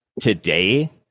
today